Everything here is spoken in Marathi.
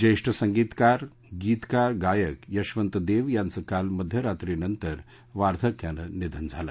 ज्येष्ठ संगीतकार गीतकार गायक यशवंत देव याचं काल मध्यरात्रीनंतर वार्धक्यानं निधन झालं